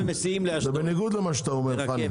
זה בניגוד למה שאתה אומר.